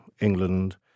England